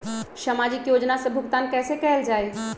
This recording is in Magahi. सामाजिक योजना से भुगतान कैसे कयल जाई?